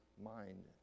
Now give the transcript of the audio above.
mind